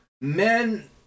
Men